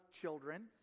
children